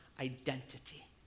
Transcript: identity